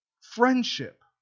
friendship